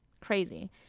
crazy